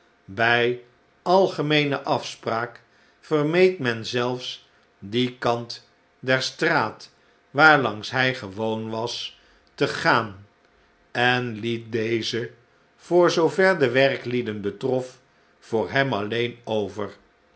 bij algemeene afspraak vermeed men zelfs dien kant der straat waarlangs hij gewoon was te slechte tijden gaan en liet dezen voor zoover de werklieden betrof voor hem alleen over